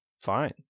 fine